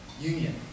union